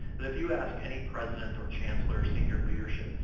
that if you ask any president or chancellor, senior leadership,